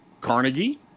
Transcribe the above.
Carnegie